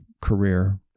career